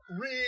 read